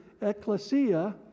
ecclesia